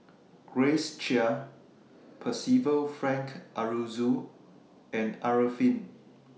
Grace Chia Percival Frank Aroozoo and Arifin